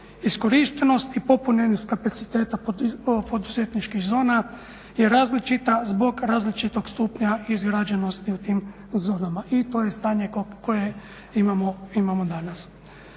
Iskorištenost i popunjenost kapaciteta poduzetničkih zona je različita zbog različitog stupnja izgrađenosti u tim zonama. I to je stanje koje imamo danas.